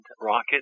rocket